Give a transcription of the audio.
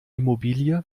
immobilie